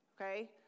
okay